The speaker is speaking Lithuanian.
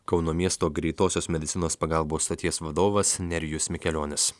kauno miesto greitosios medicinos pagalbos stoties vadovas nerijus mikelionis